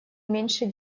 меньше